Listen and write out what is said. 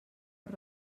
per